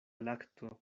lakto